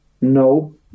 No